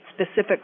specific